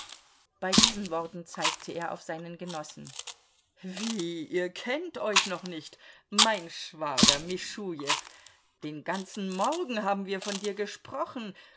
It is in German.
bei diesen worten zeigte er auf seinen genossen wie ihr kennt euch noch nicht mein schwager mischujew den ganzen morgen haben wir von dir gesprochen